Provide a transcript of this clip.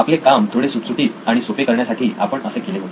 आपले काम थोडे सुटसुटीत आणि सोपे करण्यासाठी आपण असे केले होते